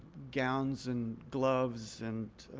gowns and gloves and